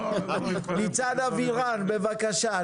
ניצן אבירן, בבקשה.